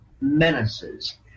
menaces